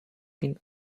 been